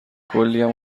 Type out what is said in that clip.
کلیم